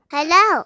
Hello